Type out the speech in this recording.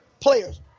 Players